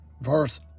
verse